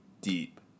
deep